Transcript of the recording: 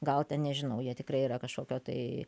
gal ten nežinau jie tikrai yra kažkokio tai